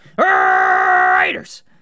Raiders